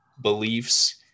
beliefs